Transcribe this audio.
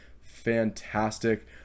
fantastic